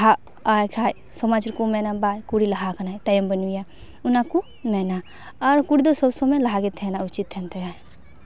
ᱞᱟᱦᱟᱜᱼᱟᱭ ᱠᱷᱟᱡ ᱥᱚᱢᱟᱡᱽ ᱨᱮᱠᱚ ᱢᱮᱱᱟ ᱵᱟ ᱠᱩᱲᱤ ᱞᱟᱦᱟ ᱠᱟᱱᱟᱭ ᱛᱟᱭᱚᱢ ᱵᱟᱹᱱᱩᱭᱟ ᱚᱱᱟ ᱠᱚ ᱢᱮᱱᱟ ᱟᱨ ᱠᱩᱲᱤ ᱫᱚ ᱥᱚᱵ ᱥᱚᱢᱚᱭ ᱞᱟᱦᱟᱜᱮ ᱛᱟᱦᱮᱱᱟᱭ ᱩᱪᱤᱛ ᱛᱟᱦᱮᱱ ᱛᱟᱭᱟ